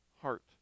heart